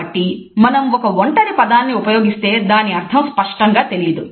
కాబట్టి మనం ఒక ఒంటరి పదాన్ని ఉపయోగిస్తే దాని అర్థం స్పష్టంగా తెలియదు